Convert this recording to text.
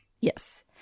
Yes